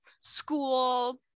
school